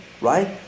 right